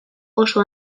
oso